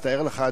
אז תאר לך,